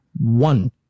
one